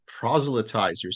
proselytizers